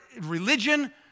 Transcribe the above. religion